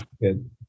good